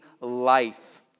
life